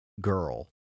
girl